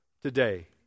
today